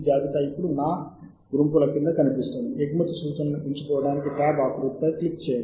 ఫలితాలను Scopus dot bib అనే ఫైల్గా సేవ్ చేయండి